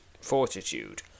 fortitude